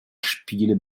spiele